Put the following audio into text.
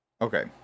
Okay